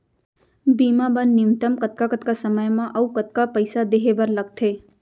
बीमा बर न्यूनतम कतका कतका समय मा अऊ कतका पइसा देहे बर लगथे